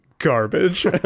garbage